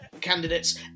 candidates